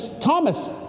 Thomas